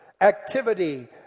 activity